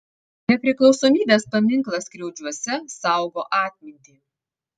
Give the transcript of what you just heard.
nepriklausomybės paminklas skriaudžiuose saugo atmintį